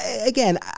again